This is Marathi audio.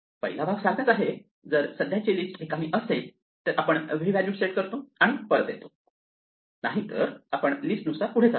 पहिला भाग सारखाच आहे जर सध्या ची लिस्ट रिकामी असेल तर आपण फक्त v व्हॅल्यू सेट करतो आणि परत येतो नाहीतर आपण लिस्टनुसार पुढे जातो